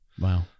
Wow